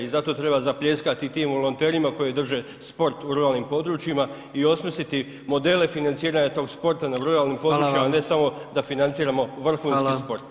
I zato treba zapljeskati tim volonterima koji drže sport u ruralnim područjima i osmisliti modele financiranja tog sporta na ruralnim područjima, a ne samo da financiramo vrhunski sport.